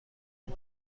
این